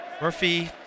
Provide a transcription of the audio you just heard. Murphy